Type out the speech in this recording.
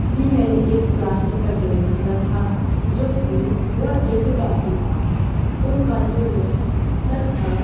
जी मैंने एक plastic container ख़रीदा था जो कि वह एक बाल्टी था उस बाल्टी में लगभग